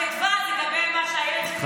החדווה זה לגבי מה שאילת שקד